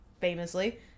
famously